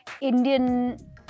Indian